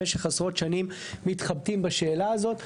במשך עשרות שנים מתחבטים בשאלה הזאת,